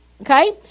okay